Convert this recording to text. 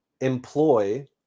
employ